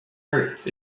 earth